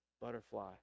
butterfly